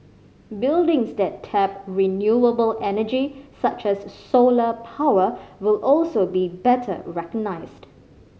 buildings that tap renewable energy such as solar power will also be better recognised